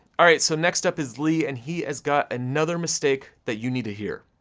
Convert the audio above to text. all right so next up is lee, and he has got another mistake that you need to hear.